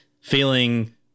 feeling